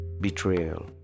betrayal